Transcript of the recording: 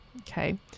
Okay